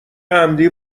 عمدی